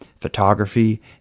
photography